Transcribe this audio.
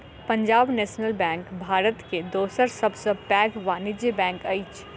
Punjab national bank Bharat के दोसर सब सॅ पैघ वाणिज्य बैंक अछि